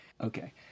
Okay